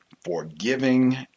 forgiving